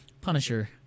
Punisher